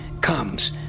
comes